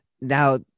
Now